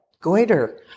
goiter